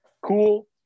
cool